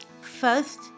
First